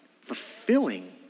fulfilling